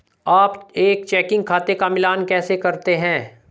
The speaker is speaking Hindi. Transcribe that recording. आप एक चेकिंग खाते का मिलान कैसे करते हैं?